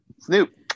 Snoop